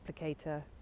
applicator